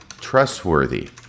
trustworthy